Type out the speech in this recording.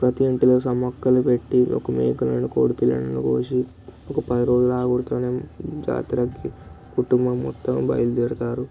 ప్రతి ఇంట్లో సమ్మక్కలు పెట్టి ఒక మేకను కోడిపిల్లను కోసి ఒక పది రోజులు ఆ ఊరితో జాతరకి కుటుంబం మొత్తం బయలుదేరతారు